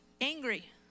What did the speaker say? angry